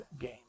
game